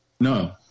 No